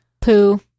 poo